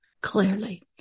clearly